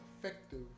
effective